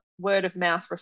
word-of-mouth